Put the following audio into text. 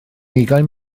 ugain